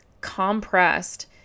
compressed